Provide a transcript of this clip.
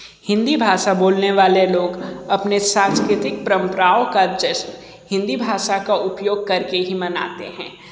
हिंदी भाषा बोलने वाले लोग अपने सांस्कृतिक परम्पराओं का जश्न हिंदी भाषा का उपयोग कर के ही मनाते हैं